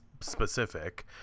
specific